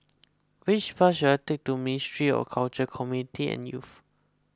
which bus should I take to Ministry of Culture Community and Youth